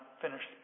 finished